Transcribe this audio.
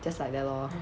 just like that lor